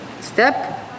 Step